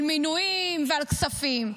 על מינויים ועל כספים.